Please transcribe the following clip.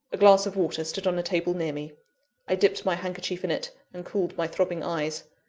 a glass of water stood on a table near me i dipped my handkerchief in it, and cooled my throbbing eyes.